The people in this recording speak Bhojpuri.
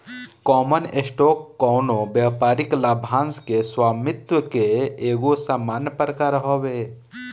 कॉमन स्टॉक कवनो व्यापारिक लाभांश के स्वामित्व के एगो सामान्य प्रकार हवे